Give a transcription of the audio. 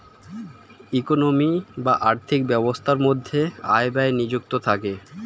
economy বা আর্থিক ব্যবস্থার মধ্যে আয় ব্যয় নিযুক্ত থাকে